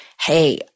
Hey